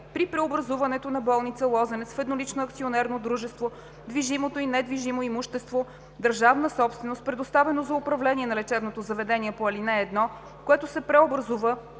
При преобразуването на болница „Лозенец“ в еднолично акционерно дружество движимото и недвижимо имущество – държавна собственост, предоставено за управление на лечебното заведение по ал. 1, което се преобразува